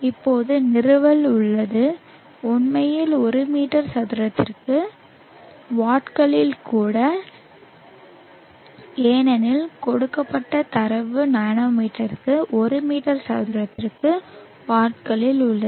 இப்போது நிறுவல் உள்ளது உண்மையில் ஒரு மீட்டர் சதுரத்திற்கு வாட்களில் கூட ஏனெனில் கொடுக்கப்பட்ட தரவு நானோமீட்டருக்கு ஒரு மீட்டர் சதுரத்திற்கு வாட்களில் உள்ளது